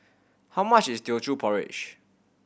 how much is Teochew Porridge